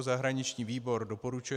Zahraniční výbor doporučuje